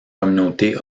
communautés